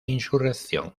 insurrección